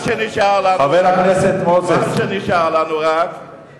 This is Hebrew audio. חבר הכנסת מוזס, עברנו את הזמן?